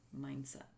mindset